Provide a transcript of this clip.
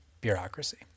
bureaucracy